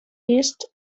east